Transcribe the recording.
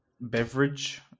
beverage